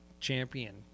champion